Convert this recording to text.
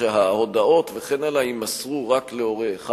היא שההודעות וכן הלאה יימסרו רק להורה אחד,